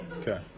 Okay